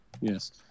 Yes